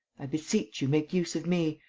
i beseech you, make use of me.